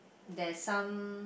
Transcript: there's some